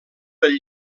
del